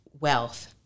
wealth